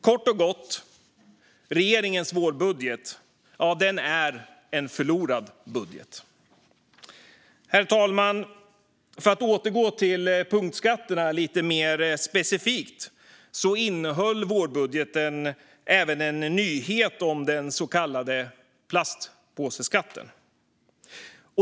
Kort och gott: Regeringens vårbudget är en förlorad budget. Herr talman! Jag återgår till punktskatterna lite mer specifikt. Vårbudgeten innehöll även en nyhet om den så kallade plastpåseskatten.